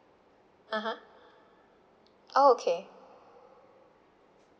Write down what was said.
(uh huh) okay